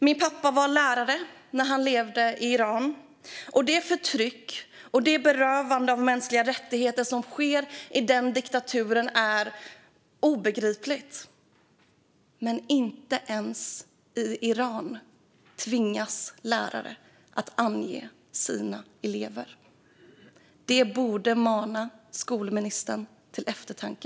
Min pappa var lärare när han levde i Iran, och det förtryck och det berövande av mänskliga rättigheter som sker i den diktaturen är ofattbart. Men inte ens i Iran tvingas lärare att ange sina elever. Detta borde mana skolministern till eftertanke.